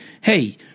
hey